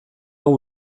hau